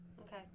Okay